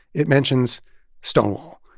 it mentions stonewall,